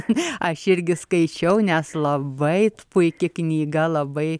aš irgi skaičiau nes labai puiki knyga labai